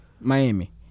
Miami